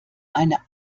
eine